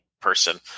person